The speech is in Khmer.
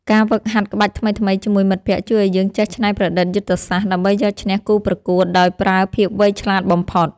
ការហ្វឹកហាត់ក្បាច់ថ្មីៗជាមួយមិត្តភក្តិជួយឱ្យយើងចេះច្នៃប្រឌិតយុទ្ធសាស្ត្រ ដើម្បីយកឈ្នះគូប្រកួតដោយប្រើភាពវៃឆ្លាតបំផុត។